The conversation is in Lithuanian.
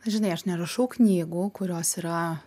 žinai aš nerašau knygų kurios yra